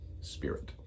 spirit